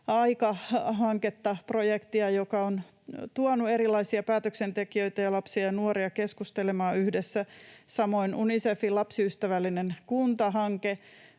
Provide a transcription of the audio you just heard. aika -projektia, joka on tuonut erilaisia päätöksentekijöitä ja lapsia ja nuoria keskustelemaan yhdessä. Samoin Unicefin Lapsiystävällinen kunta -hanke